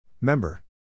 Member